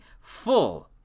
full